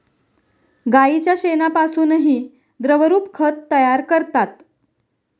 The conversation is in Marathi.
गाईच्या शेणापासूनही द्रवरूप खत तयार करतात